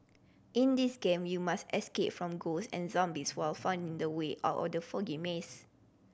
in this game you must escape from ghost and zombies while finding the way out of the foggy maze